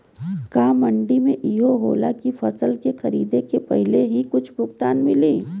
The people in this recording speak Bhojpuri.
का मंडी में इहो होला की फसल के खरीदे के पहिले ही कुछ भुगतान मिले?